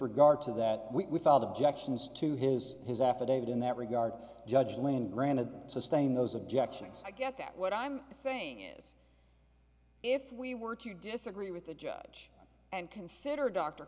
regard to that we saw the objections to his his affidavit in that regard judge lane granted sustain those objections i get that what i'm saying is if we were to disagree with the judge and consider dr